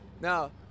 Now